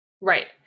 Right